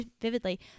vividly